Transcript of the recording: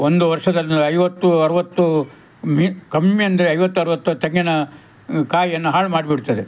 ಒಂದು ವರ್ಷದಲ್ಲಿ ಐವತ್ತು ಅರವತ್ತು ಮಿ ಕಮ್ಮಿ ಅಂದರೆ ಐವತ್ತು ಅರವತ್ತು ತೆಂಗಿನ ಕಾಯಿಯನ್ನ ಹಾಳು ಮಾಡಿಬಿಡ್ತದೆ